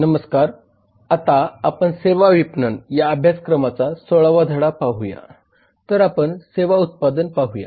नमस्कार आता आपण सेवा विपणन या अभ्यासक्रमाचा 16 वा धडा पाहूया तर आपण सेवा उत्पादन पाहूया